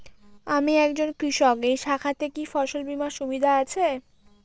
আমি একজন কৃষক এই শাখাতে কি ফসল বীমার সুবিধা আছে?